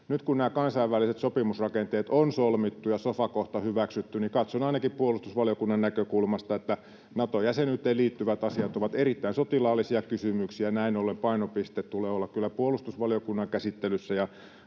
nyt, kun nämä kansainväliset sopimusrakenteet on solmittu ja sofa kohta hyväksytty, katson ainakin puolustusvaliokunnan näkökulmasta, että Nato-jäsenyyteen liittyvät asiat ovat erittäin sotilaallisia kysymyksiä, ja näin ollen painopisteen tulee olla kyllä puolustusvaliokunnan käsittelyssä